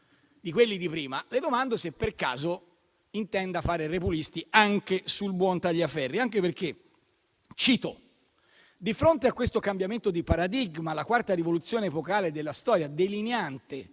di quelli di prima, le domando se per caso intenda fare *repulisti* anche sul buon Tagliaferri. Cito: «Di fronte a questo cambiamento di paradigma, la quarta rivoluzione epocale della storia delineante